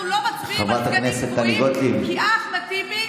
אנחנו לא מצביעים על סגנים קבועים כי אחמד טיבי,